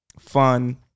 fun